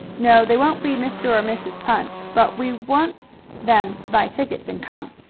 no, they won't be mr. or mrs. punch, but we want them to buy tickets and come.